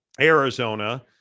Arizona